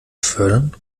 fördern